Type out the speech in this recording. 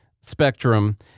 spectrum